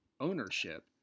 ownership